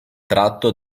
tratto